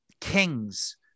Kings